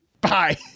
Bye